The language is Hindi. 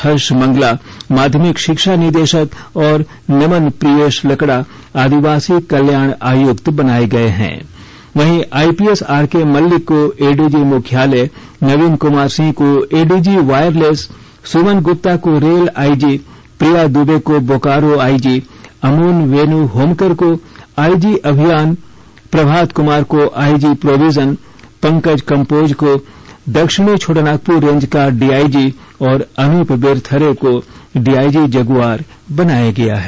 हर्ष मंगला माध्यमिक शिक्षा निदेशक और नमन प्रियेश लकड़ा आदिवासी कल्याण आयुक्त बनाए गए हैं वहीं आईपीएस आरके मल्लिक को एडीजी मुख्यालय नवीन क्मार सिंह को एडीजी वायरलेस सुमन गुप्ता को रेल आईजी प्रिया दूबे को बोकारो आईजी अमोल वेनु होमकर को आईजी अभियान प्रभात कुमार को आईजी प्रोविजन पंकज कंबोज को दक्षिणी छोटानागपुर रेंज का डीआईजी और अन्प बिरथरे को डीआईजी जगुआर बनाया गया है